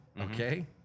okay